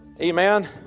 Amen